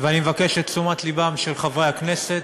ואני מבקש את תשומת לבם של חברי הכנסת,